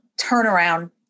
turnaround